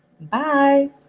Bye